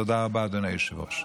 תודה רבה, אדוני היושב-ראש.